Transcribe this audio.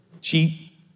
cheap